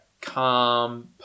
calm